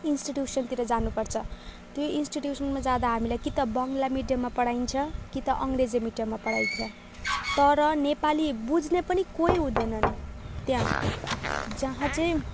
इन्स्टिटयुसनतिर जानु पर्छ त्यो इन्स्टिटयुसनमा जाँदा हामीलाई कि त बङ्ग्ला मिडियममा पढाइन्छ कि त अङ्ग्रेजी मिडियममा पढाइन्छ तर नेपाली बुझ्ने पनि कोही हुँदैनन् त्यहाँ जहाँ चाहिँ